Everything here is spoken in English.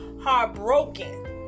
heartbroken